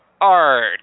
art